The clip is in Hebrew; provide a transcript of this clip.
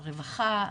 הרווחה,